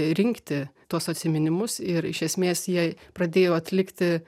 rinkti tuos atsiminimus ir iš esmės jie pradėjo atlikti